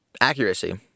accuracy